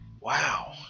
Wow